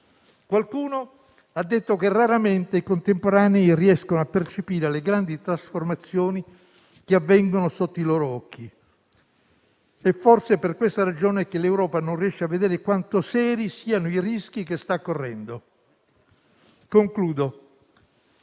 Qualcuno ha detto che raramente i contemporanei riescono a percepire le grandi trasformazioni che avvengono sotto i loro occhi e forse è per questa ragione che l'Europa non riesce a vedere quanto seri siano i rischi che sta correndo. Concludo.